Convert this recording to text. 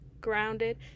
grounded